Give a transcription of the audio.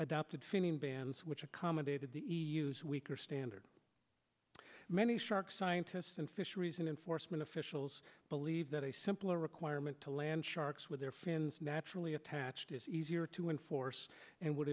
adopted fifteen bands which accommodated the weaker standard many shark scientists and fisheries and enforcement officials believe that a simple requirement to land sharks with their fins naturally attached is easier to enforce and would